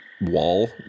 wall